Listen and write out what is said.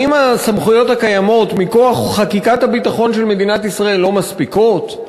האם הסמכויות הקיימות מכוח חקיקת הביטחון של מדינת ישראל לא מספיקות?